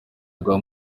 bwa